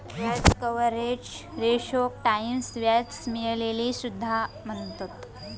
व्याज कव्हरेज रेशोक टाईम्स व्याज मिळविलेला सुद्धा म्हणतत